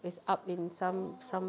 it's up in some some